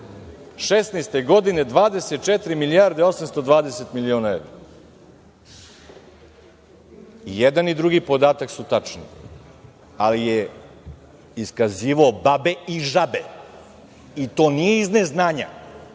godine 24 milijarde i 820 miliona evra. I jedan i drugi podatak su tačni, ali je iskazivao babe i žabe, i to nije iz neznanja,